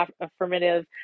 affirmative